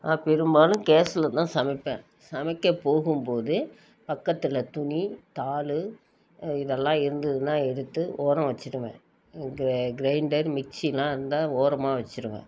நான் பெரும்பாலும் கேஸில் தான் சமைப்பேன் சமைக்க போகும்போது பக்கத்தில் துணி தாள் இதெல்லாம் இருந்ததுனா எடுத்து ஓரம் வெச்சுடுவேன் இங்கே கிரைண்டர் மிக்ஸிலாம் இருந்தால் ஓரமாக வெச்சிடுவேன்